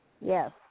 Yes